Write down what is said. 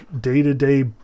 day-to-day